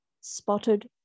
spotted